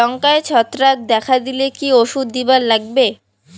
লঙ্কায় ছত্রাক দেখা দিলে কি ওষুধ দিবার লাগবে?